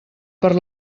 per